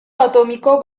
atómico